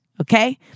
okay